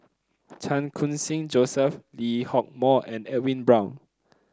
Chan Khun Sing Joseph Lee Hock Moh and Edwin Brown